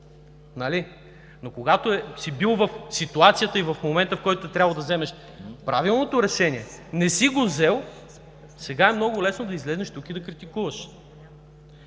Но когато си бил в ситуацията, в която е трябвало да вземеш правилното решение, а не си го взел, сега е много лесно да излезеш тук и да критикуваш.